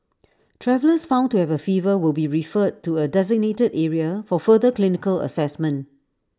travellers found to have A fever will be referred to A designated area for further clinical Assessment